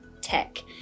tech